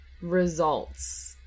results